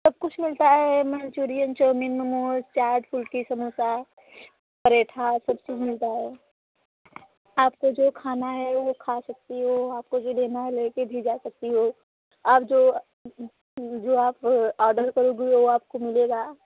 सब कुछ मिलता है मंचूरियन चाउमीन मोमोज चाट कुल्की समोसा पराठा सब चीज मिलता है आपको जो खाना है वो खा सकती हो आपको जो लेना है लेके भी जा सकती हो आप जो जो जो आप ऑर्डर करोगी वो आपको मिलेगा